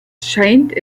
scheint